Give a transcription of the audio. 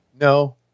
No